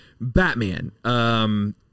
Batman